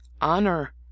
Honor